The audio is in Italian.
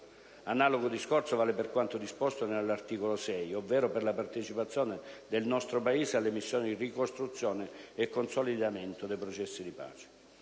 Analogo discorso vale per quanto disposto nell'articolo 6, ovvero per la partecipazione del nostro Paese alle missioni di ricostruzione e consolidamento dei processi di pace.